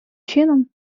чином